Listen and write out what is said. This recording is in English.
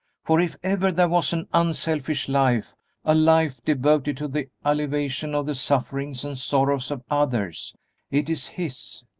for if ever there was an unselfish life a life devoted to the alleviation of the sufferings and sorrows of others it is his.